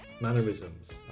mannerisms